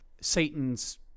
Satan's